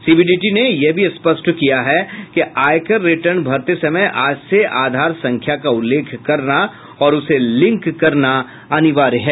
CBDT ने यह भी स्पष्ट किया है कि आयकर रिटर्न भरते समय आज से आधार संख्या का उल्लेख करना और उसे लिंक करना अनिवार्य है